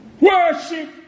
Worship